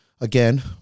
Again